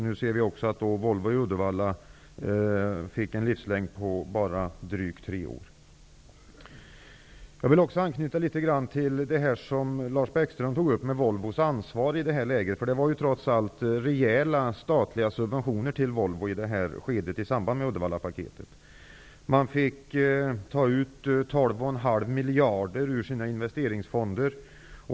Nu ser vi också att Volvo i Uddevalla bara fick en livslängd på drygt tre år. Jag vill också anknyta litet till det som Lars Bäckström tog upp om Volvos ansvar i det här läget. Det var ju trots allt rejäla statliga subventioner till Volvo i samband med Uddevallapaketet. De fick ta ut 12,5 miljarder ur sina investeringsfonder.